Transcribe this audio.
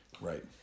Right